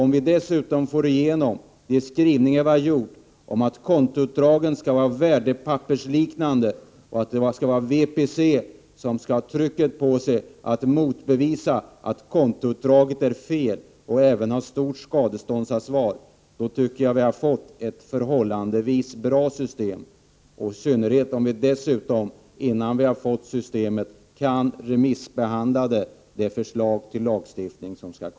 Om vi dessutom får igenom våra yrkanden om att kontoutdragen skall ar värdepappersliknande och att det skall vara VPC som under stort skade ståndsansvar har skyldighet att bevisa att kontoutdraget är felaktigt, anse: jag att vi får ett förhållandevis bra system, i synnerhet om vi innan systeme införs kan sända ut förslaget om en lagstiftning på remiss.